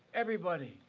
everybody.